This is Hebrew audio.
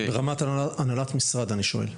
רמת הנהלת משרד אני שואל.